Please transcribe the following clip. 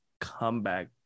comeback